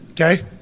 Okay